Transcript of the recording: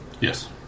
Yes